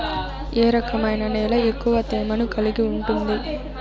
ఏ రకమైన నేల ఎక్కువ తేమను కలిగి ఉంటుంది?